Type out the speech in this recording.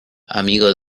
amigo